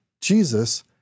Jesus